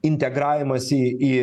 integravimąsi į